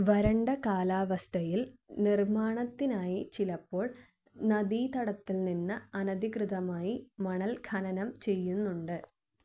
വരണ്ട കാലാവസ്ഥയിൽ നിർമ്മാണത്തിനായി ചിലപ്പോൾ നദീതടത്തില്നിന്ന് അനധികൃതമായി മണൽ ഖനനം ചെയ്യുന്നുണ്ട്